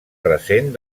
recent